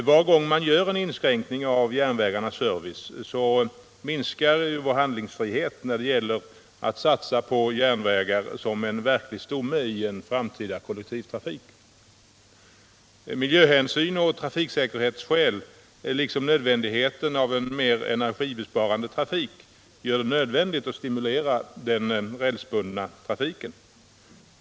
Varje gång man gör en inskränkning i järnvägarnas service minskas vår handlingsfrihet när det gäller att satsa på järnvägar som en verklig stomme i en framtida kollektivtrafik. Miljöhänsyn och trafiksäkerhetsskäl liksom önskvärdheten av en mer energisparande trafik gör det nödvändigt att stimulera den rälsbundna trafiken.